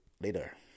later